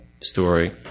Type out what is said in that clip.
story